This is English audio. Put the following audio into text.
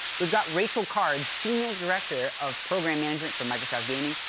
we've got rachel card, senior director of program management for microsoft gaming.